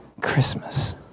Christmas